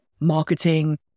marketing